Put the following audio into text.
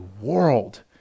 world